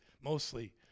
mostly